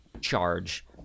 charge